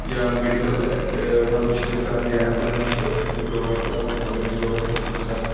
یا medical help چھِ تِم کَران یا ایٚمبُلینس چھِ تِم پرووایڈ کَران اَگَر ضرورَت آسہِ کُنہِ ساتہٕ